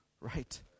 Right